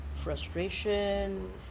Frustration